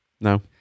No